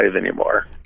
anymore